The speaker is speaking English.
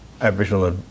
Aboriginal